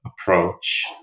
approach